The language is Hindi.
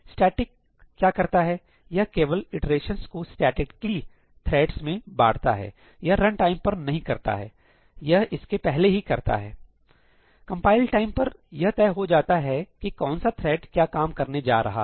स्टैटिक क्या करता है यह केवल इटरेशंस को स्टैटिकली थ्रेड्स में बांटता है यह रनटाइम पर नहीं करता है यह इसके पहले ही करता है कंपाइल टाइम पर यह तय हो जाता है कि कौन सा थ्रेड क्या काम करने जा रहा है